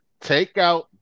Takeout